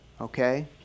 okay